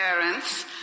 parents